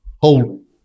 Hold